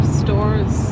stores